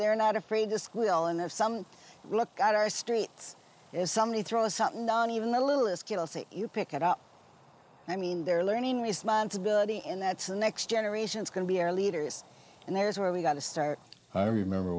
they're not afraid to school and have someone look at our streets as somebody throws up not even the littlest kid will see you pick it up i mean they're learning responsibility and that's the next generation is going to be our leaders and there's where we got to start i remember